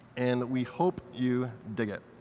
and we hope you dig it.